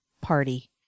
party